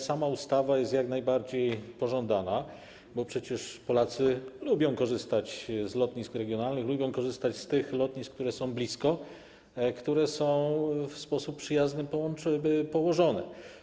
Sama ustawa jest oczywiście jak najbardziej pożądana, bo przecież Polacy lubią korzystać z lotnisk regionalnych, lubią korzystać z tych lotnisk, które są blisko, które są w sposób przyjazny położone.